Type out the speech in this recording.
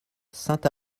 saint